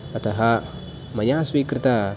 अतः मया स्वीकृत